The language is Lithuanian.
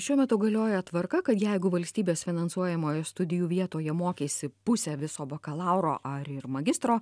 šiuo metu galioja tvarka kad jeigu valstybės finansuojamoje studijų vietoje mokeisi pusę viso bakalauro ar ir magistro